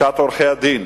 ולשכת עורכי-הדין.